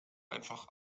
einfach